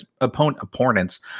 opponent's